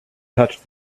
touched